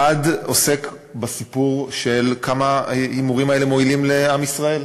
אחד עוסק בסיפור של כמה ההימורים האלה מועילים לעם ישראל,